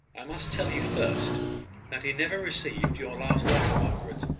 i must tell you first that he never received your last letter, margaret.